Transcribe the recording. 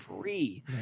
free